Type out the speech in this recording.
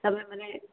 તમે મને